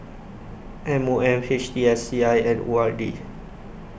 M O M H T S C I and O R D